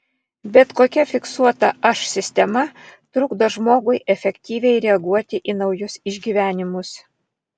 bet kokia fiksuota aš sistema trukdo žmogui efektyviai reaguoti į naujus išgyvenimus